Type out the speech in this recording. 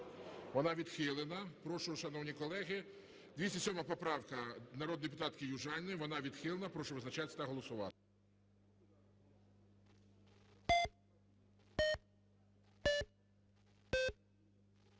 Вона відхилена. Прошу, шановні колеги, 207 поправка народної депутатки Южаніної. Вона відхилена. Прошу визначатися та голосувати.